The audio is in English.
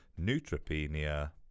neutropenia